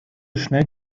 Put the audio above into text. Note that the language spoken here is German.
schnell